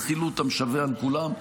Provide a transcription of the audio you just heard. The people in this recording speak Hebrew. תחילו אותם שווה על כולם.